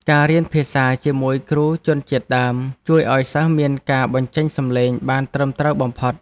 ការរៀនភាសាជាមួយគ្រូជនជាតិដើមជួយឱ្យសិស្សមានការបញ្ចេញសំឡេងបានត្រឹមត្រូវបំផុត។